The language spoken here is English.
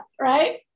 right